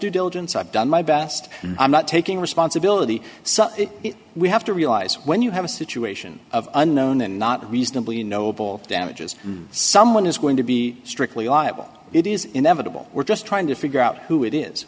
due diligence i've done my best i'm not taking responsibility so we have to realize when you have a situation of unknown and not reasonably unknowable damages someone is going to be strictly liable it is inevitable we're just trying to figure out who it is